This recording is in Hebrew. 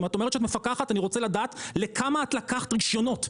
אם את אומרת שאת מפקחת אני רוצה לדעת לכמה את לקחת רישיונות?